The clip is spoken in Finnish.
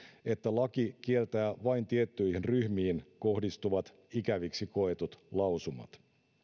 että laki kieltää vain tiettyihin ryhmiin kohdistuvat ikäviksi koetut lausumat